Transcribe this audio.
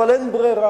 אבל אין ברירה,